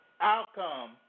outcome